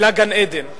אלא גן-עדן.